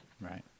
Right